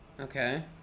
Okay